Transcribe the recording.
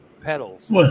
pedals